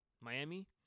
Miami